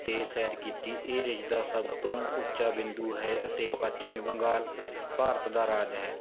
'ਤੇ ਸੈਰ ਕੀਤੀ ਇਹ ਰਿਜ ਦਾ ਸਭ ਤੋਂ ਉੱਚਾ ਬਿੰਦੂ ਹੈ ਅਤੇ ਪੱਛਮੀ ਬੰਗਾਲ ਭਾਰਤ ਦਾ ਰਾਜ ਹੈ